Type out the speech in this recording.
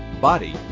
body